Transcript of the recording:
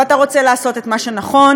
ואתה רוצה לעשות את מה שנכון,